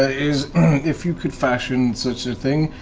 ah is if you could fashion such a thing,